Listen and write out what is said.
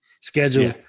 schedule